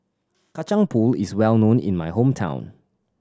Kacang Pool is well known in my hometown